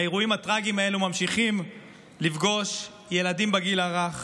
האירועים הטרגיים האלו ממשיכים לפגוש ילדים בגיל הרך,